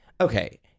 okay